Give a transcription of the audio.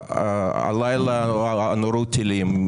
הלילה נורו טילים,